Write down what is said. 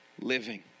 living